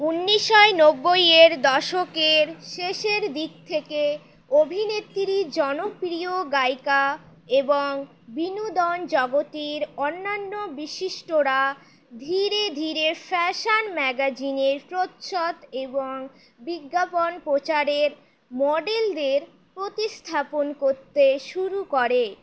উন্নিশয় নব্বই এর দশকের শেষের দিক থেকে অভিনেত্রী জনপ্রিয় গায়িকা এবং বিনোদনজগতের অন্যান্য বিশিষ্টরা ধীরে ধীরে ফ্যাশান ম্যাগাজিনের প্রচ্ছদ এবং বিজ্ঞাপন প্রচারের মডেলদের প্রতিস্থাপন করতে শুরু করে